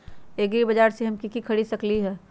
एग्रीबाजार से हम की की खरीद सकलियै ह?